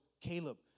Caleb